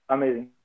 Amazing